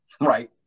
right